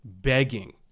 begging